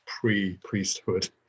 pre-priesthood